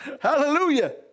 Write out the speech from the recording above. Hallelujah